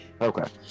okay